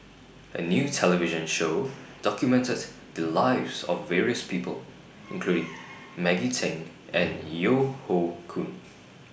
A New television Show documented The Lives of various People including Maggie Teng and Yeo Hoe Koon